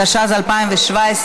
התשע"ז 2017,